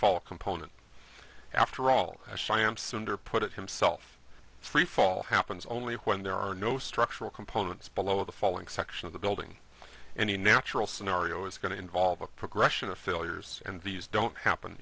fall component after all shyam sunder put it himself free fall happens only when there are no structural components below the falling section of the building any natural scenario is going to involve a progression of failures and these don't happen